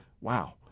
Wow